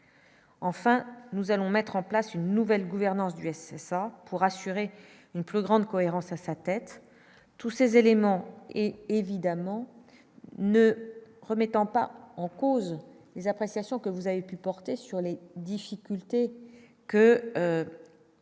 enfin nous allons mettre en place une nouvelle gouvernance du SSA pour assurer une plus grande cohérence à sa tête, tous ces éléments et, évidemment, ne remettant pas en cause les appréciations que vous avez pu porter sur les difficultés que